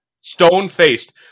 stone-faced